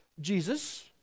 Jesus